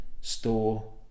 store